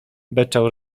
beczał